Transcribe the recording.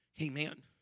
Amen